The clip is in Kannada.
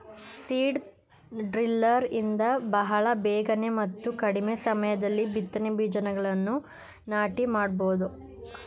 ಸೀಡ್ ಡ್ರಿಲ್ಲರ್ ಇಂದ ಬಹಳ ಬೇಗನೆ ಮತ್ತು ಕಡಿಮೆ ಸಮಯದಲ್ಲಿ ಬಿತ್ತನೆ ಬೀಜಗಳನ್ನು ನಾಟಿ ಮಾಡಬೋದು